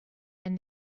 and